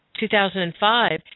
2005